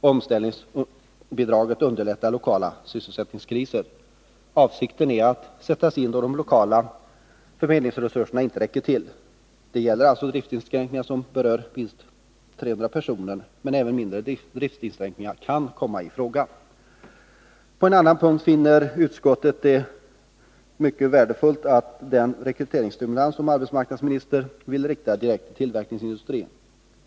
Omställningsbidraget underlättar lösandet av lokala sysselsättningskriser. Avsikten är att det skall sättas in då de lokala förmedlingsresurserna inte räcker till. Det gäller alltså driftsinskränkningar som berör minst 300 personer, men åtgärderna kan komma i fråga även vid mindre antal. På en annan punkt finner utskottet det mycket värdefullt med den rekryteringsstimulans som arbetsmarknadsministern vill rikta direkt till tillverkningsindustrin.